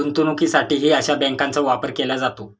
गुंतवणुकीसाठीही अशा बँकांचा वापर केला जातो